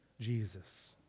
Jesus